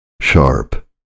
sharp